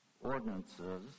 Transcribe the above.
ordinances